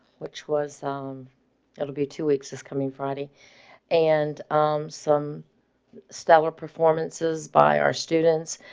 which was um it'll be two weeks. this coming friday and um some stellar performances by our students,